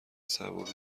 صبور